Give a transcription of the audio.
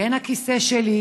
כן הכיסא שלי,